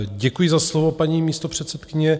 Děkuji za slovo, paní místopředsedkyně.